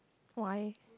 why